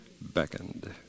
beckoned